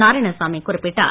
நாராயணசாமி குறிப்பிட்டார்